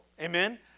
Amen